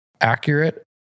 accurate